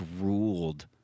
ruled